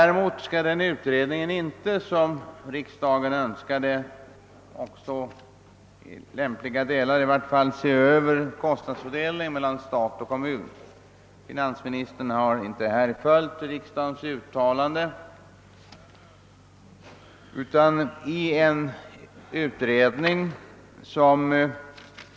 Däremot skall utredningen inte, som riksdagen önskade — åtminstone i lämpliga delar — se över kostnadsfördelningen mellan stat och kommun. Finansministern har här inte följt riksdagens uttalande.